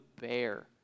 bear